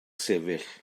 sefyll